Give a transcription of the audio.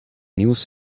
niels